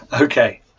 Okay